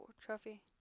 trophy